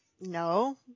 No